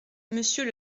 monsieur